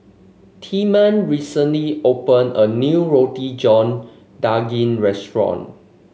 Tilman recently opened a new Roti John Daging restaurant